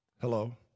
Hello